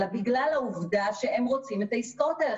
אלא בגלל העובדה שהם רוצים את העסקאות האלה.